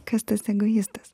kas tas egoistas